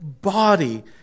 body